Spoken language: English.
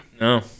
No